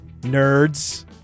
nerds